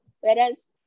whereas